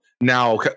now